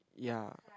ya